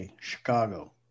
Chicago